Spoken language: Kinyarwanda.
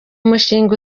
mushinga